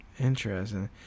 Interesting